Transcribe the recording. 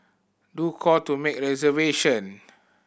do call to make reservation